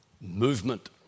movement